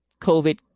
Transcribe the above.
COVID